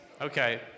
Okay